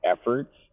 efforts